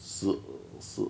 十十